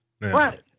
Right